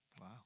Wow